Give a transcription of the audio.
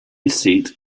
seat